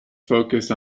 focused